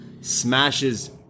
smashes